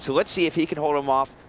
so let's see if he can hold them off.